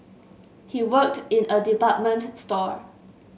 he worked in a department store